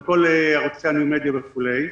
בכל ערוצי המדיה וכולי.